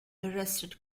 arrested